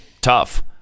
tough